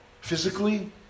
physically